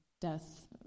death